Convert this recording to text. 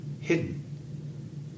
hidden